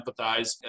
empathize